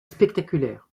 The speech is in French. spectaculaire